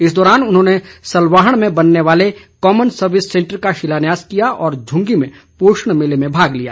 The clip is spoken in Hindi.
इस दौरान उन्होंने सलवाहण में बनने वाले कॉमन सर्विस सेंटर का शिलान्यास किया और झुंगी में पोषण मेले में भाग लिया